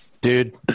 dude